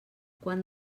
quan